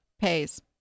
pays